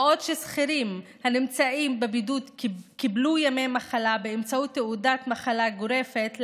בעוד ששכירים הנמצאים בבידוד קיבלו ימי מחלה באמצעות תעודת מחלה גורפת,